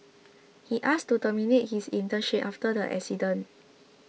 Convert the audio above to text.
he asked to terminate his internship after the incident